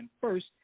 first